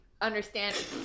understand